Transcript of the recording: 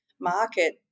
market